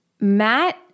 Matt